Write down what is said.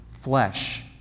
flesh